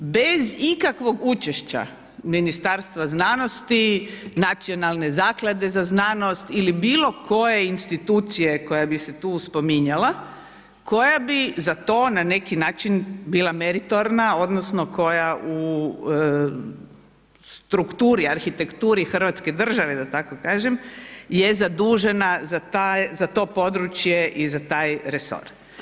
Bez ikakvog učešća Ministarstva znanosti, Nacionalne zaklade za znanost ili bilo koje institucije koja bi se tu spominjala koja bi za to na neki način bila meritorna, odnosno koja u strukturi, arhitekturi Hrvatske države da tako kažem je zadužena za to područje i za taj resor.